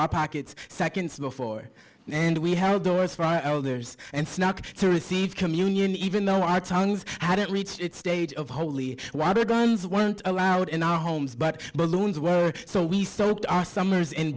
our pockets seconds before and we held doors for others and snuck in to receive communion even though our tongues hadn't reached its stage of holy water guns weren't allowed in our homes but balloons were so we soaked our summers in